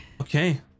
okay